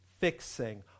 fixing